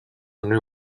and